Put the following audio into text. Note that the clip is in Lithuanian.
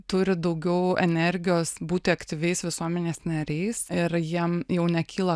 turi daugiau energijos būti aktyviais visuomenės nariais ir jiem jau nekyla